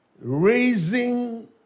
Raising